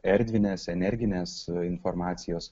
erdvinės energinės informacijos